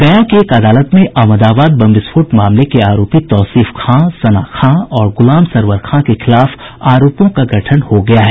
गया की एक अदालत में अहमदाबाद बम विस्फोट मामले के आरोपी तौसीफ खां सना खां और गुलाम सरवर खां के खिलाफ आरोपों का गठन हो गया है